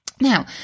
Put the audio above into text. Now